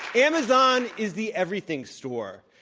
amazon is the everything store.